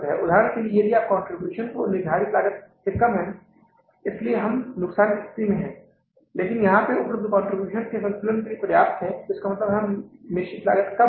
उदाहरण के लिए यह कंट्रीब्यूशन निर्धारित लागत से कम है इसलिए हम नुकसान की स्थिति में हैं लेकिन यहां हम उपलब्ध कंट्रीब्यूशन के संतुलन के लिए पर्याप्त हैं तो इसका मतलब है कि अब यह निश्चित लागत कम है